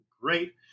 great